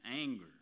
anger